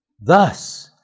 Thus